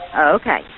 Okay